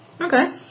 Okay